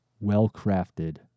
well-crafted